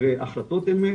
והחלטות אימת